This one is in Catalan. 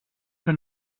que